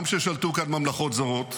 גם כששלטו כאן ממלכות זרות,